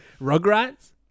rugrats